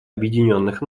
объединенных